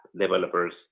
developers